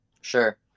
sure